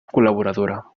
col·laboradora